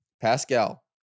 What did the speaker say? Pascal